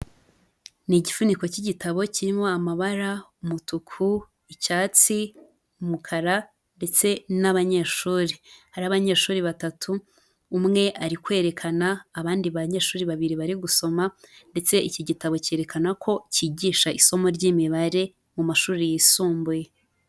Ni igifuniko cy'igitabo kirimo amabara umutuku, icyatsi, umukara ndetse n'abanyeshuri. Hariho abanyeshuri batatu umwe ari kwerekana abandi banyeshuri babiri bari gusoma, ndetse iki gitabo cyerekana ko cyigisha isomo ry'imibare mu mashuri yisumbuye.